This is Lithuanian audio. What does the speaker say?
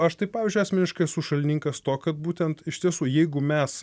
aš tai pavyzdžiui asmeniškai esu šalininkas to kad būtent iš tiesų jeigu mes